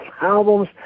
albums